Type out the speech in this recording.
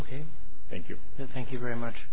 ok thank you thank you very much